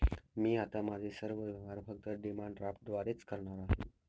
मी आता माझे सर्व व्यवहार फक्त डिमांड ड्राफ्टद्वारेच करणार आहे